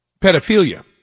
Pedophilia